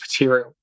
material